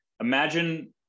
imagine